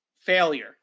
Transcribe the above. failure